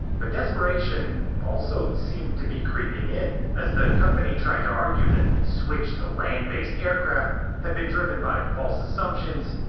but desperation also seemed to be creeping in, as the company tried to argue that the switch to land-based aircraft had been driven by false assumptions,